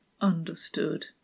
Understood